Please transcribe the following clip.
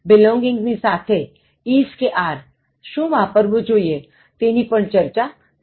belongings ની સાથે is કે are શું વાપરવું જોઈએ તેની પણ ચર્ચા કરી હતી